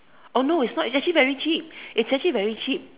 oh no it's not it's actually very cheap it's actually very cheap